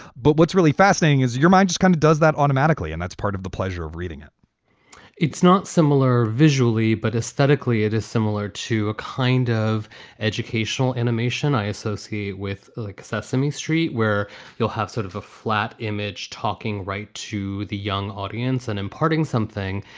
but what's really fascinating is your mind just kind of does that automatically, and that's part of the pleasure of reading it it's not similar visually, but aesthetically it is similar to a kind of educational animation i associate with like sesame street, where you'll have sort of a flat image talking right to the young audience and imparting something.